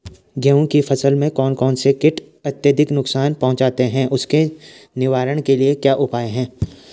गेहूँ की फसल में कौन कौन से कीट अत्यधिक नुकसान पहुंचाते हैं उसके निवारण के क्या उपाय हैं?